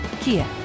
kia